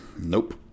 Nope